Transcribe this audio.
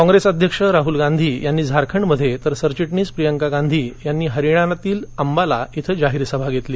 काँप्रेस अध्यक्ष राहल गांधी यांनी झारखंडमध्ये तर सरचिटणीस प्रियांका गांधी यांनी हरियाणातील अंबाला इथं जाहीर सभा घेतली